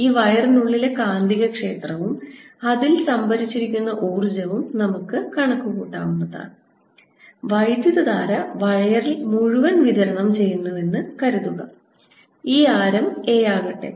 ഈ വയറിനുള്ളിലെ കാന്തികക്ഷേത്രവും അതിൽ സംഭരിച്ചിരിക്കുന്ന ഊർജ്ജവും നമുക്ക് കണക്കുകൂട്ടാം വൈദ്യുതധാര വയറിൽ മുഴുവൻ വിതരണം ചെയ്യുന്നുവെന്ന് കരുതുക ഈ ആരം a ആകട്ടെ